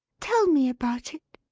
tell me about it.